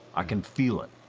i can feel it.